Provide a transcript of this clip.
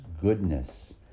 goodness